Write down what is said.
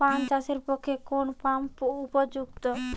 পান চাষের পক্ষে কোন পাম্প উপযুক্ত?